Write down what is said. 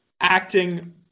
acting